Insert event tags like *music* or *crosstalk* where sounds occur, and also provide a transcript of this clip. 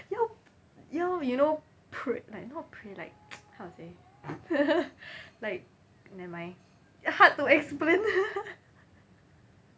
yup you know you know pra~ not pray like *noise* how to say *laughs* like nevermind hard to explain *laughs*